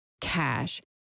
cash